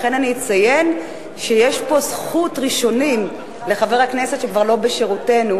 לכן אני אציין שיש פה זכות ראשונים לחבר הכנסת שכבר לא בשורותינו,